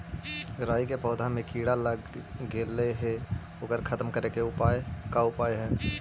राई के पौधा में किड़ा लग गेले हे ओकर खत्म करे के का उपाय है?